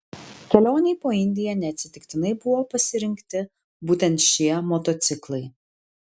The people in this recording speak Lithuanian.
kelionei po indiją neatsitiktinai buvo pasirinkti būtent šie motociklai